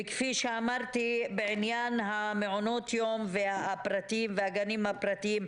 וכפי שאמרתי בעניין מעונות יום הפרטיים והגנים הפרטיים,